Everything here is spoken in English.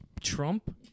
Trump